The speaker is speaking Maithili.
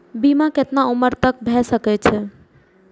बीमा केतना उम्र तक के भे सके छै?